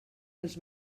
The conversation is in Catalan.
els